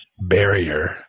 barrier